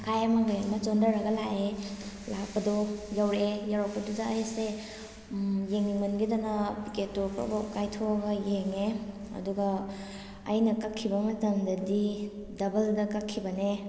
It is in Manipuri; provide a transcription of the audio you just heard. ꯊꯈꯥꯏ ꯑꯃ ꯀꯩꯑꯃ ꯆꯣꯟꯊꯔꯒ ꯂꯥꯥꯥꯥꯛꯑꯦ ꯂꯥꯛꯄꯗꯣ ꯌꯧꯔꯛꯑꯦ ꯌꯧꯔꯛꯄꯗꯨꯗ ꯑꯩꯁꯦ ꯌꯦꯡꯅꯤꯡꯃꯟꯈꯤꯗꯅ ꯄꯦꯀꯦꯠꯇꯣ ꯄ꯭꯭ꯔꯞ ꯄ꯭꯭ꯔꯞ ꯀꯥꯏꯊꯣꯛꯑꯒ ꯌꯦꯡꯑꯦ ꯑꯗꯨꯒ ꯑꯩꯅ ꯀꯛꯈꯤꯕ ꯃꯇꯝꯗꯗꯤ ꯗꯕꯜꯗ ꯀꯛꯈꯤꯕꯅꯦ